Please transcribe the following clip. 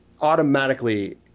automatically